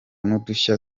n’udushya